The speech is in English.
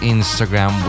Instagram